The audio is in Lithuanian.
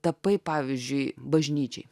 tapai pavyzdžiui bažnyčiai